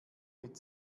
mit